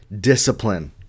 discipline